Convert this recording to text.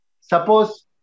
Suppose